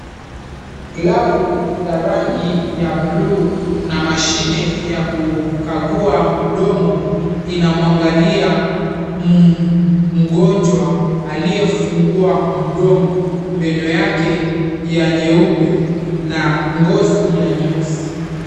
Glavu za rangi ya buluu na mashine ya kukagua mdomo inamwangalia mgonjwa aliyefungua mdomo meno yake ya nyeupe na ngozi ya nyeusi.